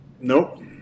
Nope